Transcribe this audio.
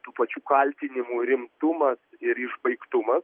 tų pačių kaltinimų rimtumas ir išbaigtumas